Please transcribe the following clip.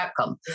outcome